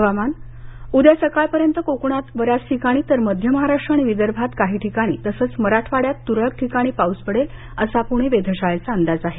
हवामान उद्या सकाळपर्यंत कोकणात बर्याच ठिकाणी तर मध्य महाराष्ट्र आणि विदर्भात काही ठिकाणी तसंच मराठवाड्यात तुरळक ठिकाणी पाऊस पडेल असा पूणे वेधशाळेचा अंदाज आहे